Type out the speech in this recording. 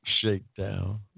shakedown